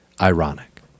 ironic